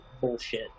bullshit